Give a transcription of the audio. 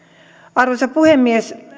arvoisa puhemies